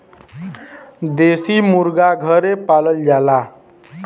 देसी मुरगा घरे पालल जाला